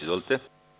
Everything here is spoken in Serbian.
Izvolite.